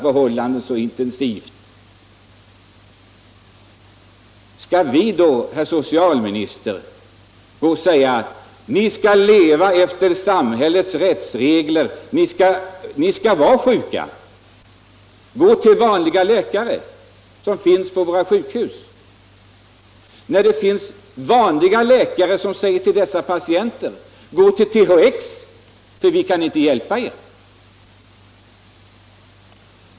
Tycker socialministern att vi skall svara dessa människor: Ni skall leva efter samhällets rättsregler! Ni får vara sjuka om ni inte vill gå till de läkare som finns på våra sjukhus! Men det finns ju vanliga läkare som säger till sina patienter: Försök med THX, för vi kan inte hjälpa er!